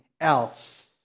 else